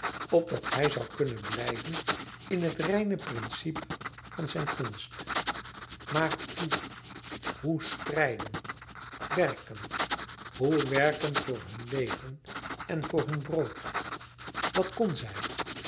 opdat hij zoû kunnen blijven in het reine principe van zijne kunst maar hoe hoe strijden werken hoe werken voor hun leven en voor hun brood wat kon zij